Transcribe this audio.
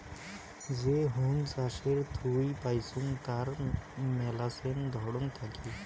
যে হুন চাষের থুই পাইচুঙ তার মেলাছেন ধরন থাকি